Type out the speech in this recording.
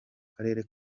karere